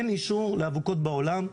אין אישור לאבוקות בעולם.